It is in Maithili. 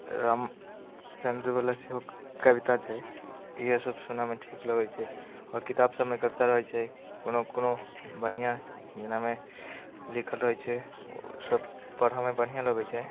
रम वला सेहो कविता छै इहो सब सुनऽमे ठीक लगै छै आओर किताबसबमे कविता रहै छै कोनो कोनो बढ़िआँ जेनामे लिखल रहै छै सब पढ़ऽमे बढ़िआँ लगै छै